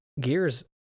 Gears